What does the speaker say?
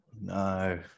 No